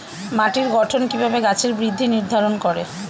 মাটির গঠন কিভাবে গাছের বৃদ্ধি নির্ধারণ করে?